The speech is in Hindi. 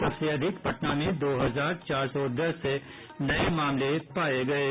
सबसे अधिक पटना में दो हजार चार सौ दस नये मामले पाये गये